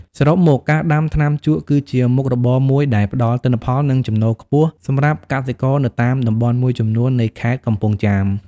សរុបមក ការដាំថ្នាំជក់គឺជាមុខរបរមួយដែលផ្តល់ទិន្នផល និងចំណូលខ្ពស់សម្រាប់កសិករនៅតំបន់មួយចំនួននៃខេត្តកំពង់ចាម។